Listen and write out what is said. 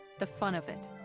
the fun of it.